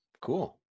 cool